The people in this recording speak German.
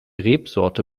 rebsorte